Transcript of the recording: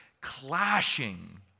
clashing